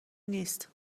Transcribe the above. نیست